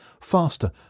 faster